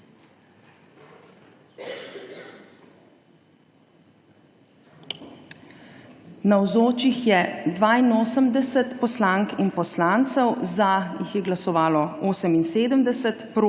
Navzočih je 84 poslank in poslancev, za jih je glasovalo 30,